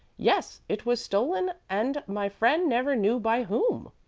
yes, it was stolen and my friend never knew by whom,